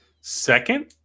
Second